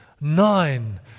nine